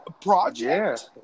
project